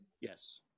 Yes